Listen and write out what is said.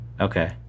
Okay